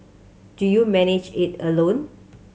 do you manage it alone